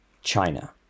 China